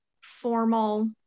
formal